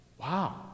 Wow